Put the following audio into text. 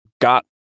got